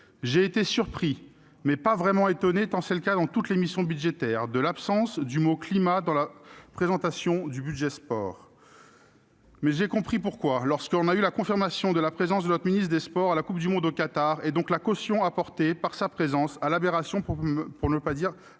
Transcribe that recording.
J'ai été surpris- mais pas vraiment étonné, tant c'est le cas dans toutes les missions budgétaires -de l'absence du mot climat dans la présentation du programme « Sport ». J'ai compris pourquoi lorsque nous avons eu confirmation de la présence de notre ministre des sports à la Coupe du monde de football organisée au Qatar, et donc de la caution apportée, par sa présence, à l'aberration, pour ne pas dire à la bombe